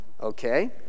Okay